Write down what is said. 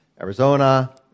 Arizona